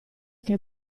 che